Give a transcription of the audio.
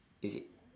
is it